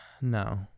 No